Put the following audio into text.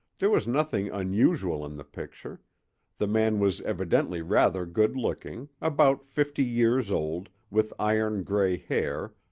there was nothing unusual in the picture the man was evidently rather good looking, about fifty years old, with iron-gray hair,